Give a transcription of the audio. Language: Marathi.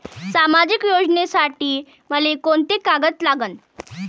सामाजिक योजनेसाठी मले कोंते कागद लागन?